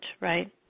right